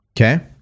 Okay